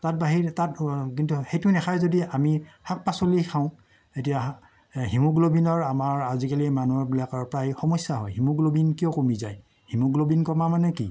তাৰ বাহিতে তাত কিন্তু সেইটো নাখায় যদি আমি শাক পাচলি খাওঁ এতিয়া হিমগ্ল'ৱিনৰ আমাৰ আজিকালি মানুহবিলাকৰ প্ৰায় সমস্যা হয় হিমগ্ল'বিন কিয় কমি যায় হিমগ্ল'বিন কমা মানে কি